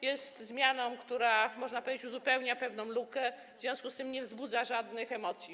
Jest zmianą, która, można powiedzieć, uzupełnia pewną lukę, w związku z tym nie wzbudza żadnych emocji.